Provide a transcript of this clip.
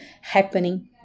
happening